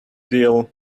deal